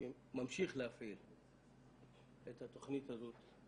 שממשיך להפעיל את התוכנית הזאת.